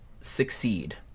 succeed